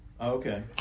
okay